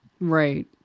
Right